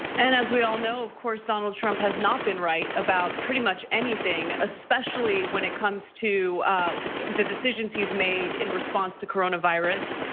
and as we all know, of course donald trump has not been right about pretty much anything, especially when it comes to the decisions he's made in response to coronavirus.